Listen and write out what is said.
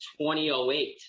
2008